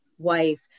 wife